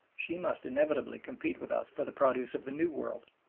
she must inevitably compete with us for the produce of the new world.